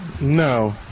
No